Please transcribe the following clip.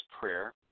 prayer